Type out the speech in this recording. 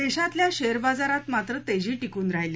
देशातल्या शेअर बाजारात मात्र तेजी टिकून राहिली